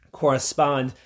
correspond